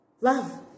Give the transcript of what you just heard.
love